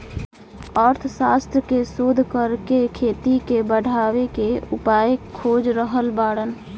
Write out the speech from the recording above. अर्थशास्त्र के शोध करके खेती के बढ़ावे के उपाय खोज रहल बाड़न